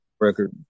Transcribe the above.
record